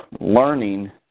learning